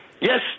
Yes